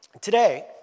today